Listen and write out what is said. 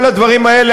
כל הדברים האלה,